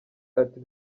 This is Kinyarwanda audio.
ati